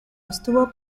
estuvo